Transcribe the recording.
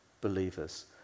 believers